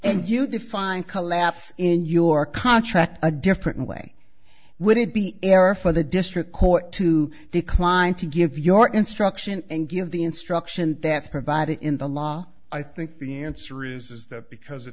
and you define collapse in your contract a different way would it be error for the district court to decline to give your instruction and give the instruction that's provided in the law i think the answer is is that because